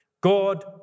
God